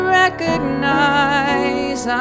recognize